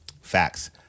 Facts